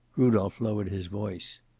rudolph lowered his voice.